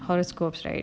horoscopes right